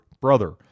brother